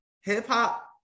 Hip-hop